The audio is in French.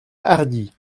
hardi